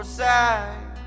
side